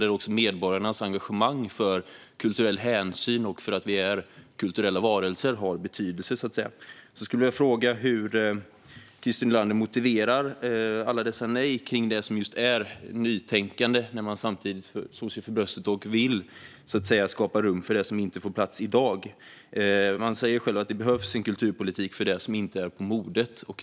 Det har betydelse för medborgarnas engagemang för kulturell hänsyn och för att vi är kulturella varelser. Jag skulle vilja fråga hur Christer Nylander motiverar alla dessa nej till det som just är nytänkande när man samtidigt slår sig för bröstet och vill skapa rum för det som inte får plats i dag. Man säger själv att det behövs en kulturpolitik för det som inte är på modet.